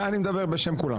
אני מדבר בשם כולם.